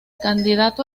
candidato